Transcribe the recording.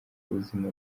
ubuzima